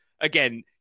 again